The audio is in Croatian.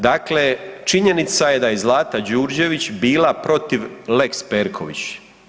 Dakle, činjenica je da je Zlata Đurđević bila protiv lex Perković.